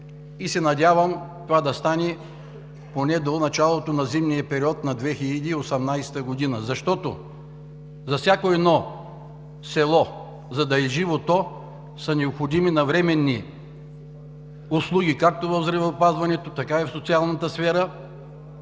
трасе. Надявам се това да стане поне до началото на зимния период 2018 г., защото за всяко село, за да бъде живо то, са необходими навременни услуги – както в здравеопазването, така и в социалната сфера.